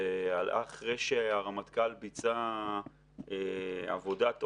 זה עלה אחרי שהרמטכ"ל ביצע עבודת עומק,